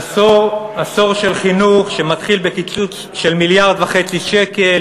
"עשור של חינוך" שמתחיל בקיצוץ של 1.5 מיליארד שקל,